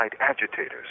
agitators